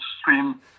Stream